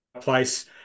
place